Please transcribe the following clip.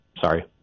sorry